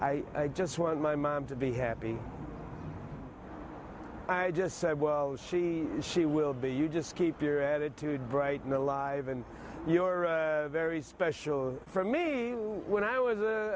i just want my mom to be happy i just said well she she will be you just keep your attitude bright no live and you're very special for me when i was a